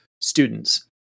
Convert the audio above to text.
students